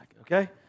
okay